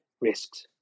risks